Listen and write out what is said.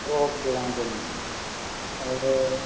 okay વાંધો નહીં હવે